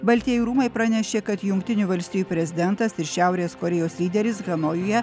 baltieji rūmai pranešė kad jungtinių valstijų prezidentas ir šiaurės korėjos lyderis hanojuje